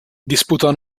disputò